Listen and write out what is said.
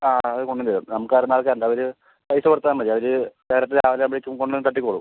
ആ അത് കൊണ്ടുത്തരും നമുക്ക് അവര് പൈസ കൊടുത്താൽ മതി അവര് ഡയറക്റ്റ് രാവിലെയാകുമ്പോഴേക്കും കൊണ്ടു വന്ന് തട്ടിക്കോളും